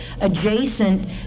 adjacent